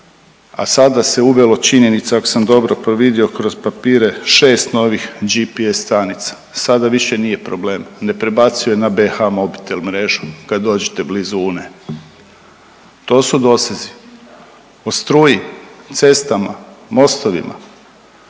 a sada se uvelo činjenica ako sam dobro to vidio kroz papire 6 novih GP-e stanica, sada više nije problem, ne prebacuje na BH mobitel mrežu kada dođete blizu Une. To su dosezi. O struji, cestama, mostovima,